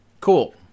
cool